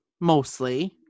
mostly